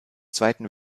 zweiten